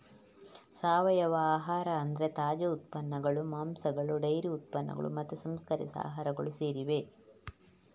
ಸಾವಯವ ಆಹಾರ ಅಂದ್ರೆ ತಾಜಾ ಉತ್ಪನ್ನಗಳು, ಮಾಂಸಗಳು ಡೈರಿ ಉತ್ಪನ್ನಗಳು ಮತ್ತೆ ಸಂಸ್ಕರಿಸಿದ ಆಹಾರಗಳು ಸೇರಿವೆ